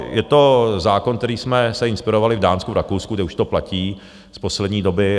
Je to zákon, kterým jsme se inspirovali v Dánsku, v Rakousku, kde už to platí z poslední doby.